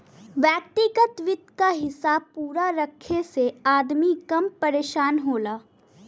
व्यग्तिगत वित्त क हिसाब पूरा रखे से अदमी कम परेसान होला